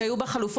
שהיו בה חלופות.